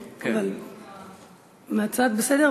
מהצד, בסדר.